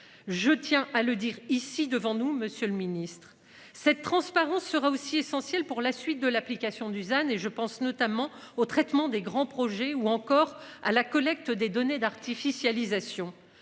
Je tiens à le dire ici devant nous. Monsieur le Ministre, cette transparence sera aussi essentiel pour la suite de l'application Dusan et je pense notamment au traitement des grands projets ou encore à la collecte des données d'artificialisation